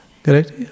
Correct